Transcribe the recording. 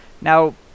now